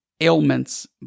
ailments